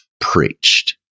preached